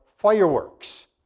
fireworks